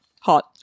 Hot